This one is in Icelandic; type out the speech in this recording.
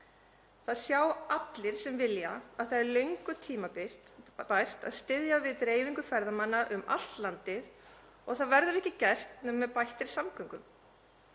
Það sjá allir sem vilja að það er löngu tímabært að styðja við dreifingu ferðamanna um allt landið og það verður ekki gert nema með bættum samgöngum.